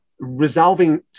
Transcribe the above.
resolving